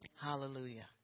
Hallelujah